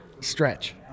stretch